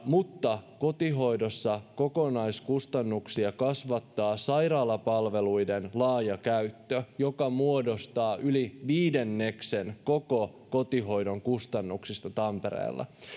mutta kotihoidossa kokonaiskustannuksia kasvattaa sairaalapalveluiden laaja käyttö joka muodostaa yli viidenneksen koko kotihoidon kustannuksista tampereella